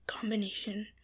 combination